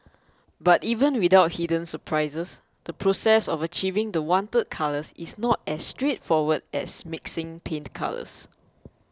but even without hidden surprises the process of achieving the wanted colours is not as straightforward as mixing paint colours